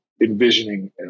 envisioning